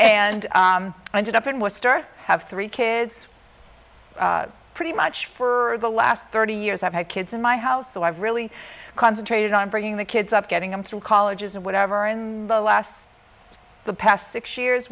and i ended up in worcester have three kids pretty much for the last thirty years i've had kids in my house so i've really concentrated on bringing the kids up getting them through colleges and whatever and the last the past six years